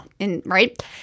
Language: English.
right